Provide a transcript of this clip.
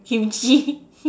Kimchi